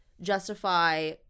justify